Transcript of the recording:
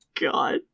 God